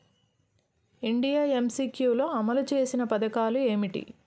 India MCQ లో అమలు చేసిన పథకాలు ఏమిటి?